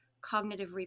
cognitive